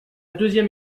deuxième